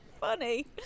funny